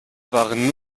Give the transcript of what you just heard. waren